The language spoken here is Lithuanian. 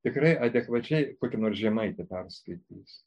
tikrai adekvačiai kokią nors žemaitę perskaitys